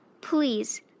Please